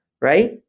right